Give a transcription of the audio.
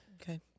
Okay